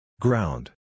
Ground